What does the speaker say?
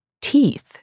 teeth